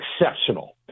exceptional